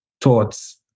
thoughts